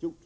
behov?